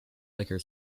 liquor